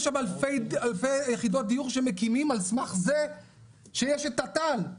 יש שם אלפי יחידות דיור שמקימים על סמך זה שיש את תת"ל,